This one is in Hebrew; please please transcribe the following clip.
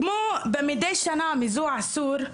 כמו מדי שנה מזה עשור,